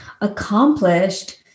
accomplished